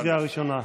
ראש הממשלה,